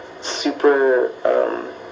super